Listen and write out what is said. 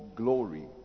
glory